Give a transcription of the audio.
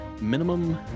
minimum